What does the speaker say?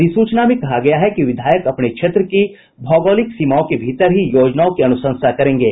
अधिसूचना में कहा गया है कि विधायक अपने क्षेत्र की भौगोलिक सीमाओं के भीतर ही योजनाओं की अनुशंसा करेंगे